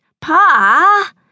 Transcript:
Pa